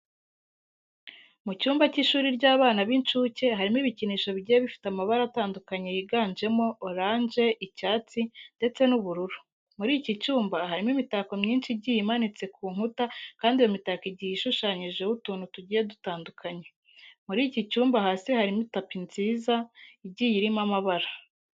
Mu cyumba cy'ishuri ry'abana b'inshuke harimo ibikinisho bigiye bifite amabara atandukanye yiganjemo oranje, icyatsi ndetse n'ubururu. Muri iki cyumba harimo imitako myinshi igiye imanitse ku nkuta kandi iyo mitako igiye ishushanyijeho utuntu tugiye dutandukanye. Muri iki cyumba hasi harimo tapi nziza igiye irimo amabara.